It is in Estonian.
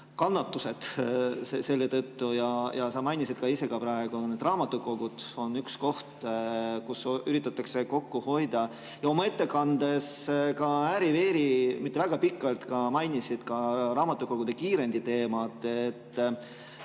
kannatused selle tõttu. Sa mainisid ka ise praegu, et raamatukogud on üks koht, kus üritatakse kokku hoida, ja oma ettekandes ka ääri-veeri, mitte väga pikalt, mainisid "Raamatukogude kiirendi" teemat.